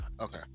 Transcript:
Okay